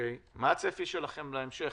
מה הצפי שלכם להמשך?